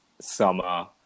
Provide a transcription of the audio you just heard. summer